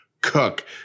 cook